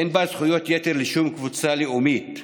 אין בה זכויות יתר לשום קבוצה לאומית,